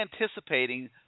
anticipating